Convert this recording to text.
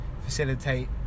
facilitate